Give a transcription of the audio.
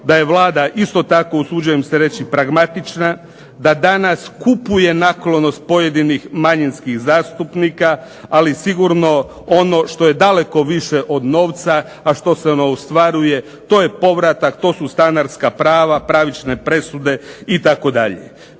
da je Vlada isto tako usuđujem se reći pragmatična, da danas kupuje naklonost pojedinih manjinskih zastupnika. Ali sigurno ono što je daleko više od novca, a što se ne ostvaruje to je povratak, to su stanarska prava, pravične presude itd.